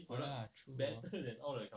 oh ya true hor